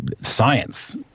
science